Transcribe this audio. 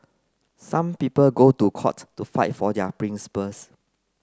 some people go to court to fight for their principles